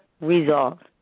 resolved